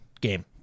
game